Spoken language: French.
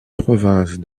province